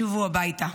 ישובו הביתה.